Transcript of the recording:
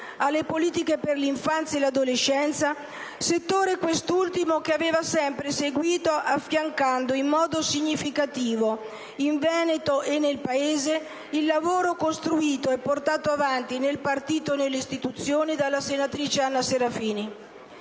alle politiche per l'infanzia e l'adolescenza, settore quest'ultimo che aveva sempre seguito affiancando in modo significativo, in Veneto e nel Paese, il lavoro costruito e portato avanti nel partito e nelle istituzioni dalla senatrice Anna Maria Serafini.